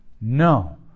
No